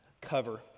Cover